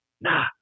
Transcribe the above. nah